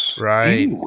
Right